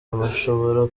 abashobora